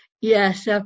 Yes